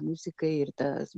muzika ir tas